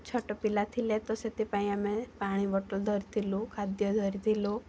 ଛୋଟ ପିଲା ଥିଲେ ତ ସେଥିପାଇଁ ଆମେ ପାଣି ବଟଲ୍ ଧରିଥିଲୁ ଖାଦ୍ୟ ଧରିଥିଲୁ